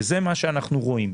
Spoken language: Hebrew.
וזה מה שאנחנו רואים.